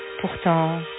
Pourtant